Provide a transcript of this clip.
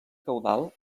caudal